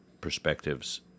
perspectives